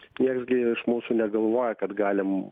nieks gi iš mūsų negalvoja kad galim